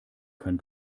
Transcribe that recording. kann